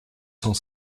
cent